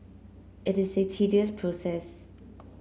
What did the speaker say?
it is a tedious process